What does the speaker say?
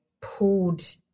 pulled